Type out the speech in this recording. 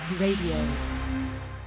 Radio